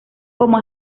como